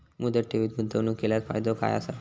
मुदत ठेवीत गुंतवणूक केल्यास फायदो काय आसा?